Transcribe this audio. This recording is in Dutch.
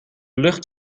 lucht